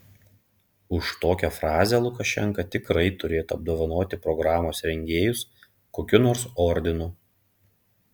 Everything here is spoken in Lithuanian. už tokią frazę lukašenka tikrai turėtų apdovanoti programos rengėjus kokiu nors ordinu